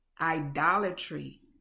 idolatry